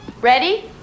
Ready